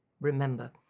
remember